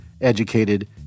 educated